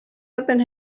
erbyn